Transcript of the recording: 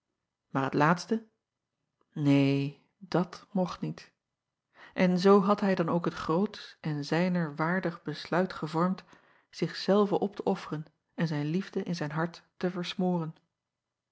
maar het laatste neen dat mocht niet en zoo had hij dan ook het grootsch en zijner waardig besluit gevormd zich zelven op te offeren en zijn liefde in zijn hart te versmoren